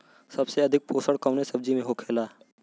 सबसे अधिक पोषण कवन सब्जी में होखेला?